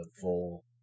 full